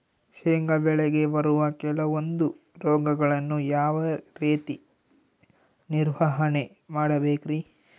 ಶೇಂಗಾ ಬೆಳೆಗೆ ಬರುವ ಕೆಲವೊಂದು ರೋಗಗಳನ್ನು ಯಾವ ರೇತಿ ನಿರ್ವಹಣೆ ಮಾಡಬೇಕ್ರಿ?